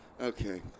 Okay